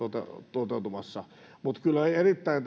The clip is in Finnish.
toteutumassa mutta kyllä erittäin